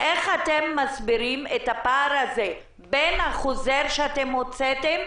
איך אתם מסבירים את הפער בין החוזר שהוצאתם?